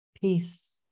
peace